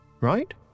Right